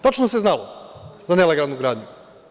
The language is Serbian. Tačno se znalo za nelegalnu gradnju.